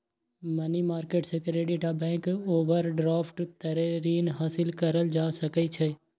money market से credit आ bank overdraft तरे रीन हासिल करल जा सकइ छइ